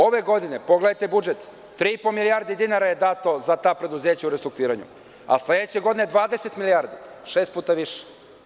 Ove godine, pogledajte budžet, 3,5 milijardi dinara je dato za ta preduzeća u restrukturiranju, a sledeće godine 20 milijardi, šest puta više.